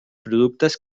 productes